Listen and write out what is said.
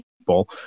people